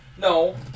No